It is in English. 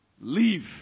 leave